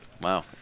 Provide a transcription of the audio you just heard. Wow